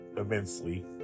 immensely